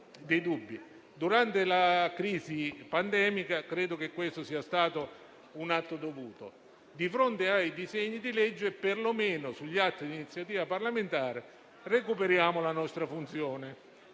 Durante la crisi pandemica, invece, credo che questo modo di procedere sia stato un atto dovuto. Di fronte ai disegni di legge e perlomeno sugli atti di iniziativa parlamentare, però, recuperiamo la nostra funzione.